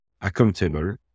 accountable